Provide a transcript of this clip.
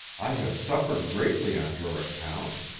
i have suffered greatly on your account.